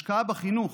השקעה בחינוך,